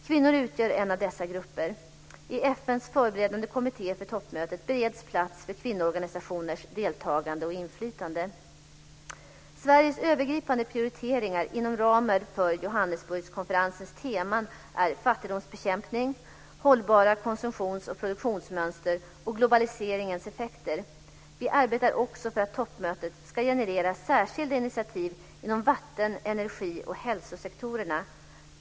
Kvinnor utgör en av dessa grupper. I FN:s förberedande kommitté för toppmötet bereds plats för kvinnoorganisationers deltagande och inflytande. Sveriges övergripande prioriteringar inom ramen för Johannesburgs-konferensens teman är fattigdomsbekämpning, hållbara konsumtions och produktionsmönster och globaliseringens effekter. Vi arbetar också för att toppmötet ska generera särskilda initiativ inom vatten-, energi och hälsosektorerna.